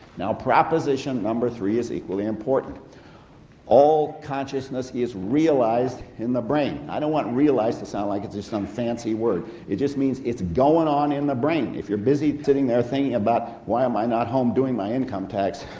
now proposition number three is equally important all consciousness is realised in the brain. i don't want realise to sound like it's just some fancy word it just means it's going on in the brain. if you're busy sitting there thinking about why am i not home doing my income tax,